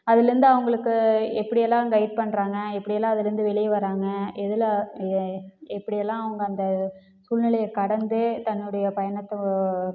அதுலேருந்து அவங்களுக்கு எப்படியெல்லாம் கைடு பண்ணுறாங்க எப்படியெல்லாம் அதுலேருந்து வெளியே வராங்க எதில் எப்படியெல்லாம் அவங்க அந்த சூழ்நிலையை கடந்து தன்னுடைய பயணத்தை